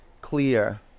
clear